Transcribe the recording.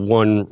one